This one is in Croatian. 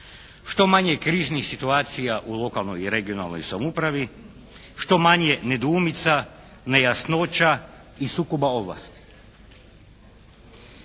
Što manje kriznih situacija u lokalnoj i regionalnoj samoupravi, što manje nedoumica, nejasnoća i sukoba ovlasti.